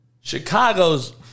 Chicago's